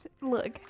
Look